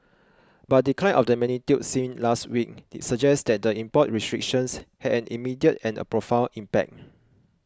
but a decline of the magnitude seen last week suggests that the import restrictions had an immediate and profound impact